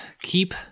keep